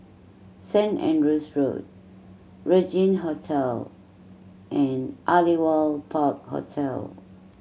Saint Andrew's Road Regin Hotel and Aliwal Park Hotel